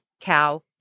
cow